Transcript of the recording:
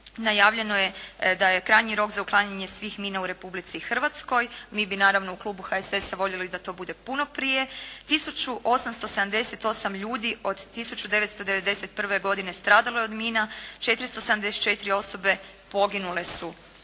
najavljeno je da je krajnji rok za uklanjanje svih mina u Republici Hrvatskoj. Mi bi naravno u Klubu HSS-a voljeli da to bude puno prije. 1878 ljudi od 1991. godine stradalo je od mina. 474 osobe poginule su od